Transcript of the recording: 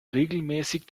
regelmäßig